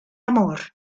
amor